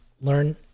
learn